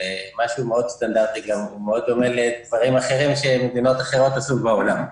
זה משהו מאוד סטנדרטי וגם דומה לדברים אחרים שמדינות אחרות עשו בעולם.